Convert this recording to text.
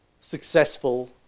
successful